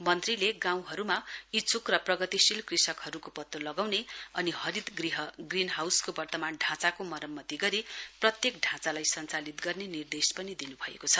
मन्त्रीले गाउँहरुमा इच्छुक र प्रगतिशील कृषकहरुको पत्तो लगाउने अनि हरित गृहको ग्रीनहाउस को वर्तमान ढाँचाको मरम्मति गरी प्रत्येक ढाँचालाई संचालित गर्ने निर्देश पनि दिनुभएको छ